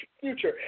future